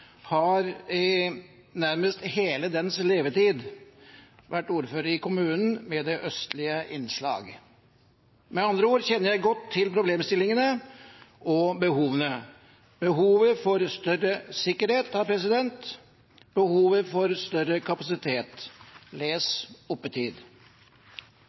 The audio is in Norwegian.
har i nærmest hele dets levetid vært ordfører i kommunen med det østlige innslaget. Med andre ord kjenner jeg godt til problemstillingene og behovene – behovet for større sikkerhet og behovet for større kapasitet,